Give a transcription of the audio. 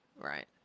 right